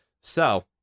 So-